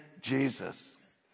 Jesus